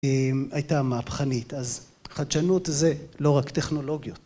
הייתה מהפכנית, אז חדשנות זה לא רק טכנולוגיות